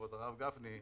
כבוד הרב גפני,